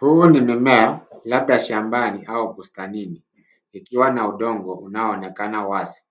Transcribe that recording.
Hii ni mimea labda shambani au bustanini ikiwa na udongo unaoonekana wazi.